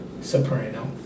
soprano